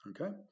okay